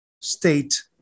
state